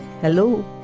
Hello